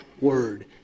word